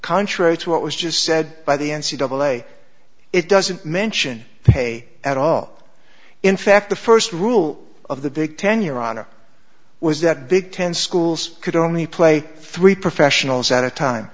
contrary to what was just said by the n c of l a it doesn't mention pay at all in fact the first rule of the big ten year honor was that big ten schools could only play three professionals at a time